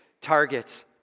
targets